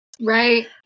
Right